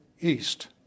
East